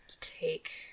take